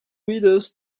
readers